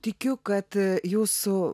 tikiu kad jūsų